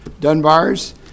Dunbars